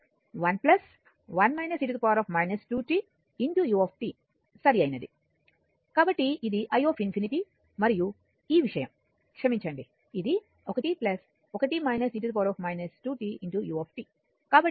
1 u సరైనది కాబట్టి ఇది i∞ మరియు ఈ విషయం క్షమించండి ఇది 1 u